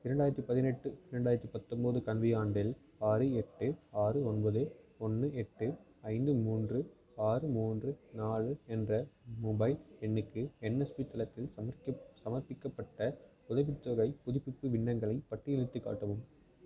இரண்டாயிரத்து பதினெட்டு இரண்டாயிரத்து பத்தொம்பது கல்வியாண்டில் ஆறு எட்டு ஆறு ஒன்பது ஒன்று எட்டு ஐந்து மூன்று ஆறு மூன்று நாலு என்ற மொபைல் எண்ணுக்கு என்எஸ்பி தளத்தில் சமர்ப்பிக் சமர்ப்பிக்கப்பட்ட உதவித்தொகைப் புதுப்பிப்பு விண்ணங்களைப் பட்டியலிட்டுக் காட்டவும்